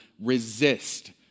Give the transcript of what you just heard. resist